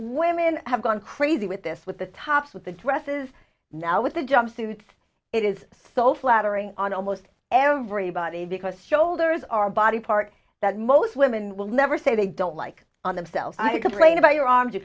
women have gone crazy with this with the tops with the dresses now with the jumpsuits it is so flattering on almost everybody because shoulders are a body part that most women will never say they don't like on themselves i complain about your arms you